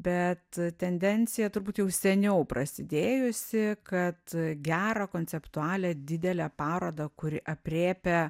bet tendencija turbūt jau seniau prasidėjusi kad gerą konceptualią didelę parodą kuri aprėpia